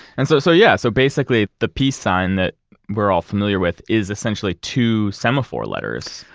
and so so yeah. so basically the peace sign that we're all familiar with is essentially two semaphore letters,